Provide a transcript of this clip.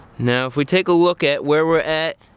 now if we take a look at where we're at,